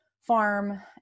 farm